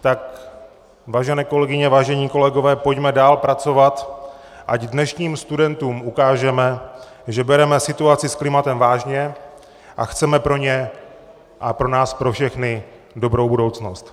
Tak vážené kolegyně, vážení kolegové, pojďme dál pracovat, ať dnešním studentům ukážeme, že bereme situaci s klimatem vážně a chceme pro ně a pro nás pro všechny dobrou budoucnost.